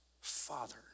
father